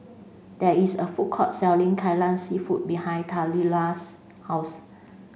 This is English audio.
there is a food court selling Kai lan Seafood behind Taliyah's house